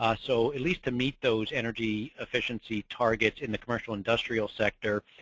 ah so, at least to meet those energy efficiency targets in the commercial industrial sector,